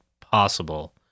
possible